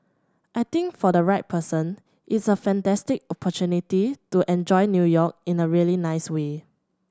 I think for the right person it's a fantastic opportunity to enjoy New York in a really nice way